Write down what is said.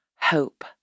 hope